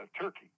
Turkey